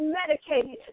medicated